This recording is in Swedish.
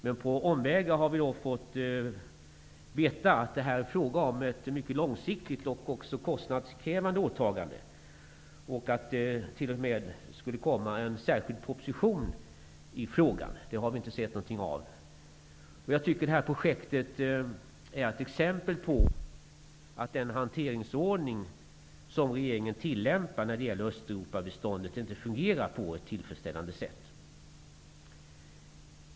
Men på omvägar har vi fått veta att detta är fråga om ett mycket långsiktigt och också kostnadskrävande åtagande och att det t.o.m. skulle läggas fram en särskild proposition i frågan. Det har vi inte sett något av. Jag anser att detta projekt är ett exempel på att den hanteringsordning som regeringen tillämpar när det gäller Östeuropabiståndet inte fungerar på ett tillfredsställande sätt.